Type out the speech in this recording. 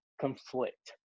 conflict